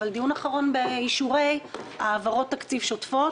דיון אחרון באישורי העברות תקציב שוטפות